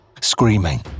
Screaming